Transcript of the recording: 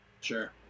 sure